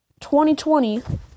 2020